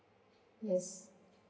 yes